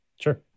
Sure